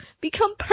become